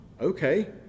okay